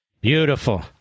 Beautiful